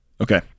Okay